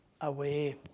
away